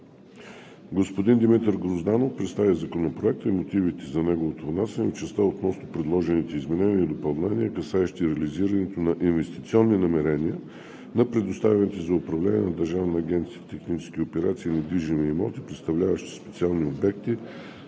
Господин Димитър Грозданов представи Законопроекта и мотивите за неговото внасяне в частта относно предложените изменения и допълнения, касаещи реализирането на инвестиционни намерения на предоставените за управление на Държавна агенция „Технически операции“ недвижими имоти, представляващи специални обекти,